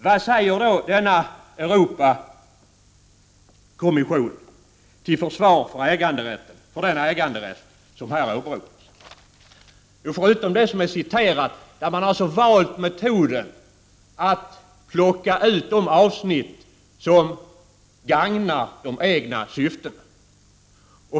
Vad säger då Europakommissionen till försvar för den äganderätt som här åberopas? Jo, förutom det som är citerat har man här valt att plocka ut de avsnitt som gagnar de egna syftena.